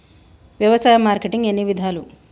వ్యవసాయ మార్కెటింగ్ ఎన్ని విధాలు?